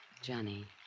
Johnny